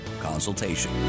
consultation